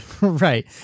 Right